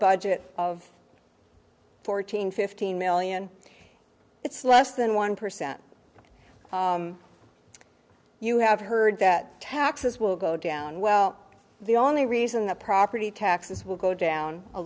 budget of fourteen fifteen million it's less than one percent you have heard that taxes will go down well the only reason the property taxes will go down a